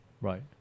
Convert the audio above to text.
Right